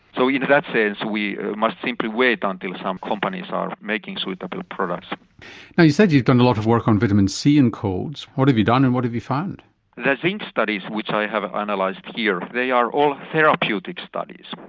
so in you know that sense we must simply wait until some companies are making suitable products. now you said you've done a lot of work on vitamin c and colds, what have you done and what have you found? the zinc studies which i have analysed here they are all therapeutic studies.